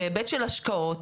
בהיבט של השקעות,